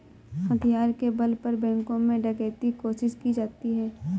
हथियार के बल पर बैंकों में डकैती कोशिश की जाती है